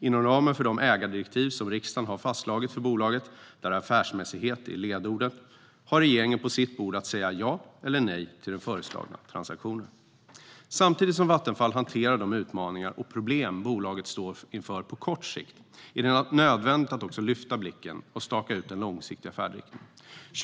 Inom ramen för de ägardirektiv som riksdagen har fastslagit för bolaget, där affärsmässighet är ledordet, har regeringen på sitt bord att säga ja eller nej till den föreslagna transaktionen. Samtidigt som Vattenfall hanterar de utmaningar och problem som bolaget står inför på kort sikt är det nödvändigt att också lyfta blicken och staka ut den långsiktiga färdriktningen.